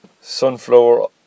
sunflower